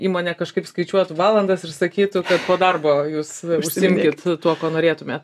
įmonė kažkaip skaičiuotų valandas ir sakytų kad po darbo jūs užsiimkit tuo ko norėtumėt